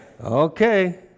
Okay